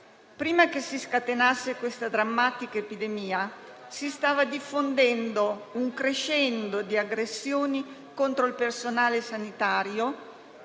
Prima che si scatenasse questa drammatica epidemia, si stava diffondendo un crescendo di aggressioni contro il personale sanitario